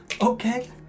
Okay